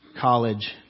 College